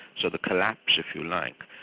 so the collapse if you like,